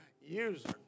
user